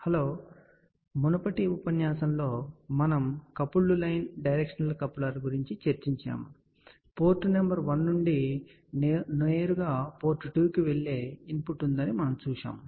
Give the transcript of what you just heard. hello మునుపటి ఉపన్యాసంలో మనము కపుల్డ్ లైన్ డైరెక్షనల్ కప్లర్ గురించి మాట్లాడాము కాబట్టి పోర్ట్ నంబర్ 1 నుండి నేరుగా పోర్ట్ 2 కి వెళ్ళే ఇన్పుట్ ఉందని మనము చూశాము